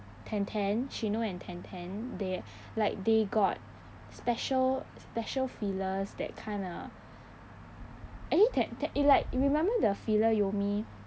ten ten shino and ten ten they like they got special special fillers that kinda actually ten ten like remember the filler yomi